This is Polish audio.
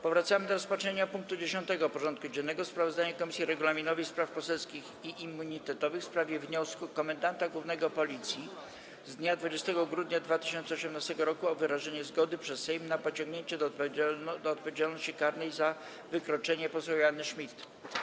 Powracamy do rozpatrzenia punktu 10. porządku dziennego: Sprawozdanie Komisji Regulaminowej, Spraw Poselskich i Immunitetowych w sprawie wniosku komendanta głównego Policji z dnia 20 grudnia 2018 r. o wyrażenie zgody przez Sejm na pociągnięcie do odpowiedzialności karnej za wykroczenie poseł Joanny Schmidt.